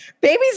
Babies